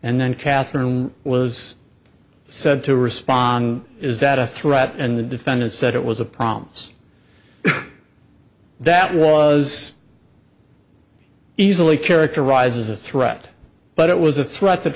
and then catherine was said to respond is that a threat and the defendant said it was a problems that was easily characterize as a threat but it was a threat that